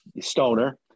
stoner